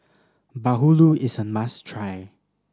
bahulu is a must try